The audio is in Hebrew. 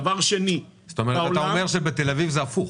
דבר שני --- זאת אומרת שאתה אומר שבתל אביב זה הפוך.